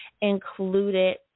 included